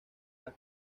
las